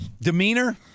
demeanor